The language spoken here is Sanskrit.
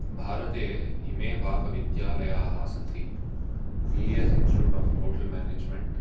भारते इमे पाकविद्यालयाः सन्ति P E S institute of hotel management